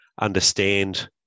understand